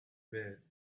bed